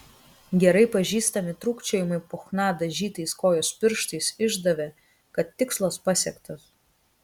gerai pažįstami trūkčiojimai po chna dažytais kojos pirštais išdavė kad tikslas pasiektas